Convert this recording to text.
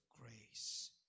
grace